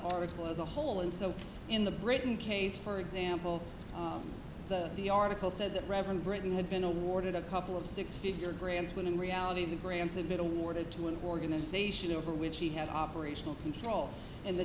article as a whole and so in the britain case for example the article said that reverend britain had been awarded a couple of six figure grams when in reality the grams had been awarded to an organisation over which he had operational control in the